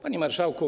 Panie Marszałku!